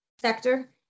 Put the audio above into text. sector